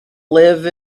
live